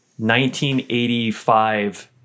1985